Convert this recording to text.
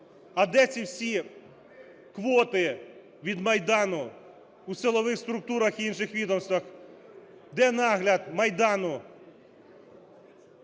А де ці всі квоти від Майдану у силових структурах і інших відомствах? Де нагляд Майдану